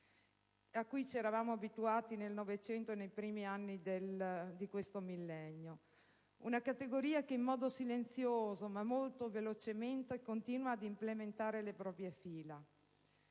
a cui ci eravamo abituati nel Novecento e nei primi anni di questo millennio, che in modo silenzioso, ma molto veloce continua ad implementare le proprie fila.